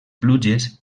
pluges